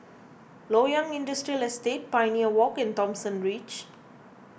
Loyang Industrial Estate Pioneer Walk and Thomson Ridge